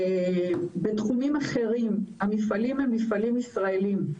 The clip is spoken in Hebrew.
בתחומים אחרים, המפעלים הם מפעלים ישראלים,